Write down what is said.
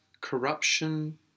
corruption